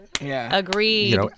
Agreed